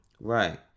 Right